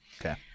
okay